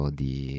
di